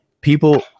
People